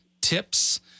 tips